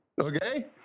Okay